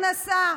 בלי הכנסה,